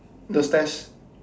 the stairs